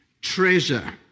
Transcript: treasure